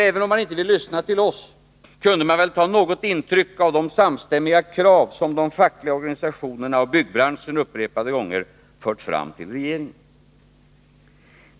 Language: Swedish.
Även om man inte vill lyssna till oss, kunde man väl ta något intryck av de samstämmiga krav som de fackliga organisationerna och byggbranschen upprepade gånger fört fram till regeringen.